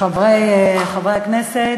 חברי הכנסת,